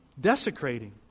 desecrating